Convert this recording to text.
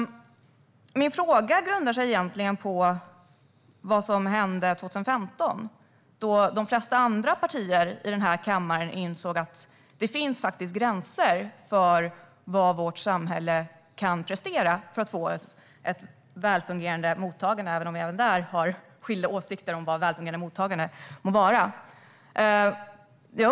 Min fråga grundar sig på vad som hände 2015. Då insåg de flesta andra partierna i denna kammare att det finns gränser för vad vårt samhälle kan prestera för att få ett välfungerande mottagande - även om vi också där har skilda åsikter om vad ett välfungerande mottagande är.